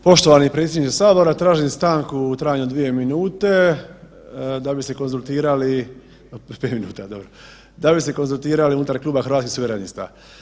Poštovani predsjedniče sabora, tražim stanku u trajanju od dvije minute da bi se konzultirali, 5 minuta dobro, da bi se konzultirali unutar Kluba hrvatskih suverenista.